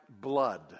blood